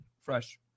fresh